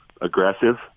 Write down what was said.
aggressive